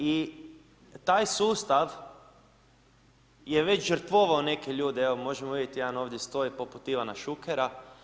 I taj sustav je već žrtvovao neke ljude, evo možemo vidjeti jedan ovdje stoji poput Ivana Šukera.